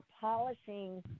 polishing